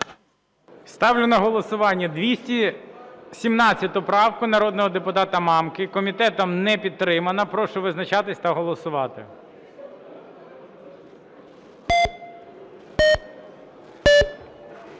Ставлю на голосування 217 правку народного депутата Мамки. Комітетом не підтримана. Прошу визначатись та голосувати.